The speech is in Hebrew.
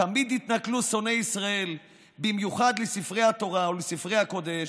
תמיד התנכלו שונאי ישראל במיוחד לספרי התורה ולספרי הקודש,